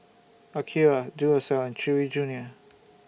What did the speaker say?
Akira Duracell and Chewy Junior